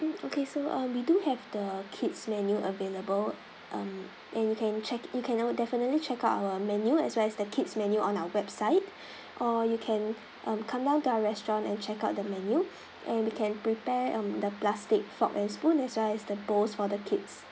mm okay so uh we do have the kids menu available um and you can check you can definitely check out our menu as well as the kids menu on our website or you can um down to our restaurant and check out the menu and we can prepare um the plastic fork and spoon as well as the bowl for the kids